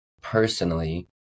personally